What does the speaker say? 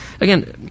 Again